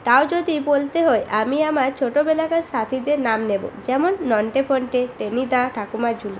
তাও যদি বলতে হয় আমি আমার ছোটবেলাকার সাথীদের নাম নেব যেমন নন্টে ফন্টে টেনিদা ঠাকুরমার ঝুলি